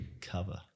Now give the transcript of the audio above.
cover